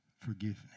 forgiveness